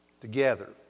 together